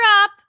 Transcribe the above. up